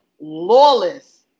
lawless